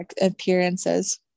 appearances